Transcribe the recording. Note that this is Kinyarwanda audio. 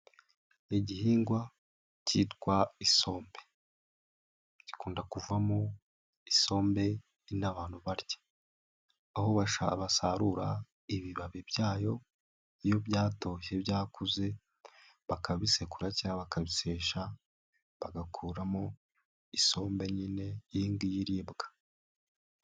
Igihingwa cyitwa isombe, gikunda kuvamo isombe rino abantu barya, aho basarura ibibabi byayo, iyo byatoshye byakuze, bakabisekura cyangwa bakabisesha, bagakuramo isombe nyine iyi ngiyi iribwa.